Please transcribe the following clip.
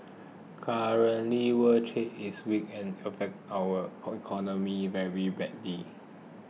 currently world trade is weak and has affected our economy very badly